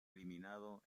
eliminado